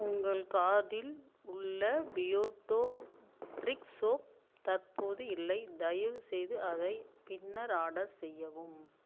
உங்கள் கார்ட்டில் உள்ள பியர்டோ ப்ரிக் சோப் தற்போது இல்லை தயவுசெய்து அதை பின்னர் ஆர்டர் செய்யவும்